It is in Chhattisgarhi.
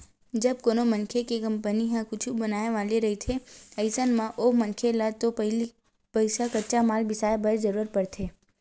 जब कोनो मनखे के कंपनी ह कुछु बनाय वाले रहिथे अइसन म ओ मनखे ल तो पहिली पइसा कच्चा माल बिसाय बर जरुरत पड़थे